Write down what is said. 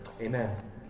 Amen